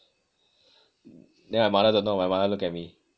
then my mother don't know my mother look at me